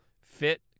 Fit